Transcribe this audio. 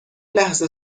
لحظه